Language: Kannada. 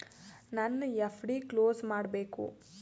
ನನ್ನ ಎಫ್.ಡಿ ಕ್ಲೋಸ್ ಮಾಡಬೇಕು